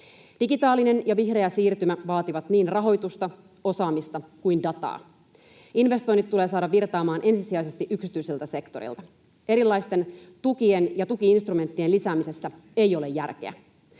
Digitaalinen ja vihreä siirtymä vaativat niin rahoitusta, osaamista kuin dataa. Investoinnit tulee saada virtaamaan ensisijaisesti yksityiseltä sektorilta. Erilaisten tukien ja tuki-instrumenttien lisäämisessä ei ole järkeä.